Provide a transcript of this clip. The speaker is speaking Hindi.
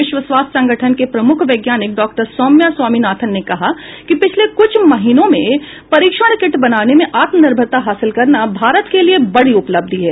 विश्व स्वास्थ्य संगठन में प्रमुख वैज्ञानिक डॉक्टर सौम्या स्वामीनाथन ने कहा कि पिछले कुछ महीनों में परीक्षण किट बनाने में आत्मनिर्भरता हासिल करना भारत के लिए बड़ी उपलब्धि है